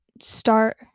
start